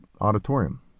auditorium